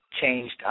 changed